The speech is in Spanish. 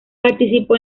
participó